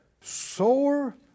Sore